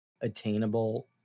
attainable